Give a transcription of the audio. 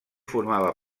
formava